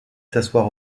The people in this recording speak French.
s’asseoir